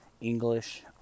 English